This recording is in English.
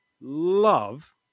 love